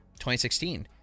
2016